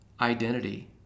identity